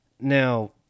Now